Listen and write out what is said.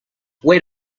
wait